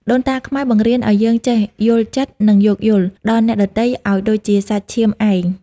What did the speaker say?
ដូនតាខ្មែរបង្រៀនឱ្យយើងចេះ «យល់ចិត្ត» និង «យោគយល់» ដល់អ្នកដទៃឱ្យដូចជាសាច់ឈាមឯង។